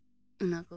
ᱚᱱᱟ ᱠᱚᱜᱮ